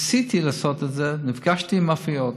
ניסיתי לעשות את זה, נפגשתי עם מאפיות.